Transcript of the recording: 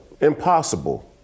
impossible